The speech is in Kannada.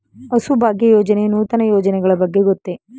ಹಸುಭಾಗ್ಯ ಯೋಜನೆಯ ನೂತನ ಯೋಜನೆಗಳ ಬಗ್ಗೆ ಗೊತ್ತೇ?